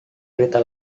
berita